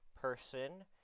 person